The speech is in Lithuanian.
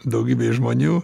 daugybei žmonių